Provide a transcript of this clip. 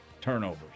turnovers